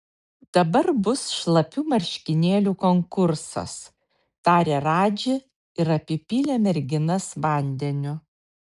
dabar bus šlapių marškinėlių konkursas tarė radži ir apipylė merginas vandeniu